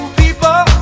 people